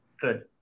good